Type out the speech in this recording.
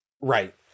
right